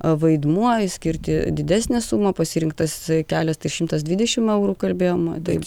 vaidmuo skirti didesnę sumą pasirinktas kelias tai šimtas dvidešimt eurų kalbėjom taip